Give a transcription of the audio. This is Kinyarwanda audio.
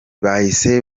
bahise